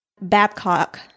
Babcock